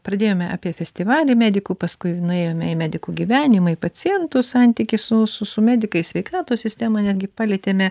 pradėjome apie festivalį medikų paskui nuėjome į medikų gyvenimą į pacientų santykį su su su medikais sveikatos sistemą netgi palietėme